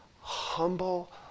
Humble